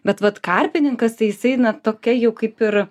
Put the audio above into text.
bet vat karpininkas tai jisai na tokia jau kaip ir